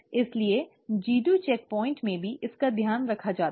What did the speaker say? इसलिए G2 checkpoint में भी इसका ध्यान रखा जाता है